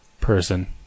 person